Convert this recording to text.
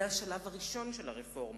זה השלב הראשון של הרפורמה.